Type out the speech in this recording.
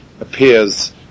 appears